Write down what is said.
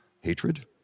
hatred